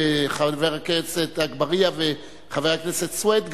חבר הכנסת אגבאריה וחבר הכנסת סוייד,